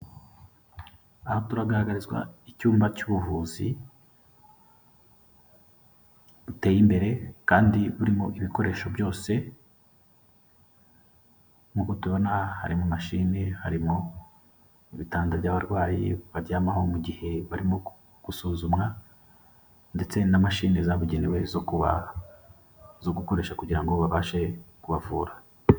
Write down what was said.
Aha turagaragazwa icyumba cy'ubuvuzi buteye imbere kandi burimo ibikoresho byose, nk'uko harimo mashi, harimo ibitanda by'abarwayi baryamaho mu gihe barimo gusuzumwa ndetse na mashini zabugenewe zo kuba zo gukoresha kugira ngo babashe kubavura.